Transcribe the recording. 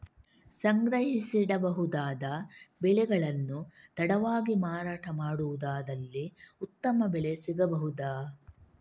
ಸಂಗ್ರಹಿಸಿಡಬಹುದಾದ ಬೆಳೆಗಳನ್ನು ತಡವಾಗಿ ಮಾರಾಟ ಮಾಡುವುದಾದಲ್ಲಿ ಉತ್ತಮ ಬೆಲೆ ಸಿಗಬಹುದಾ?